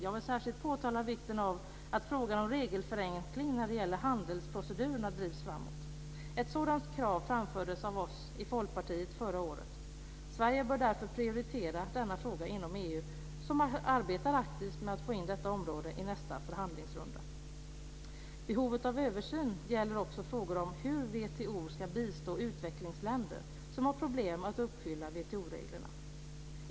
Jag vill särskilt peka på vikten av att frågan om regelförenkling när det gäller handelsprocedurerna drivs framåt. Ett sådant krav framfördes av oss i Folkpartiet förra året. Sverige bör därför prioritera denna fråga inom EU, som arbetar aktivt med att få in detta område i nästa förhandlingsrunda. Behovet av översyn gäller också frågor om hur WTO ska bistå utvecklingsländer som har problem med att uppfylla WTO-reglerna.